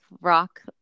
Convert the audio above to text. Rock